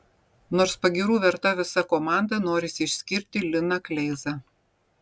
nors pagyrų verta visa komanda norisi išskirti liną kleizą